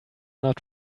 not